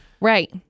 Right